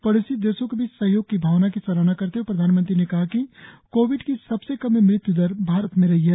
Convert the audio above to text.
पडोसी देशों के बीच सहयोग की भावना की सराहना करते हए प्रधानमंत्री ने कहा कि कोविड की सबसे कम मृत्य् दर भारत में रही है